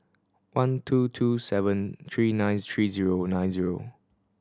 one two two seven three nine three zero nine zero